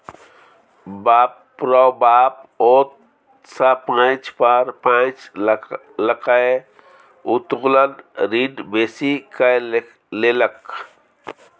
बाप रौ बाप ओ त पैंच पर पैंच लकए उत्तोलन ऋण बेसी कए लेलक